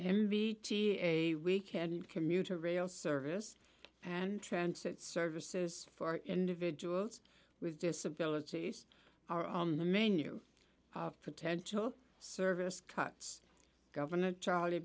weekend commuter rail service and transit services for individuals with disabilities are on the menu of potential service cuts governor charlie